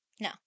No